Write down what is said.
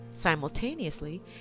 Simultaneously